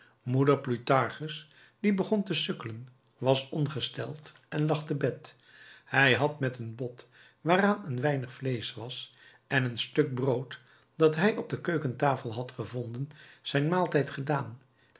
moeder plutarchus die begon te sukkelen was ongesteld en lag te bed hij had met een bot waaraan een weinig vleesch was en een stuk brood dat hij op de keukentafel had gevonden zijn maaltijd gedaan